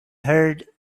heard